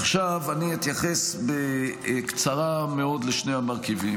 עכשיו אתייחס בקצרה מאוד לשני המרכיבים.